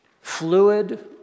fluid